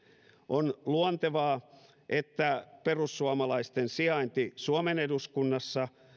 on luontevaa että perussuomalaisten sijainti suomen eduskunnassa